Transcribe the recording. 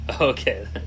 Okay